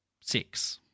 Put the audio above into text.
six